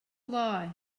lie